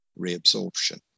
reabsorption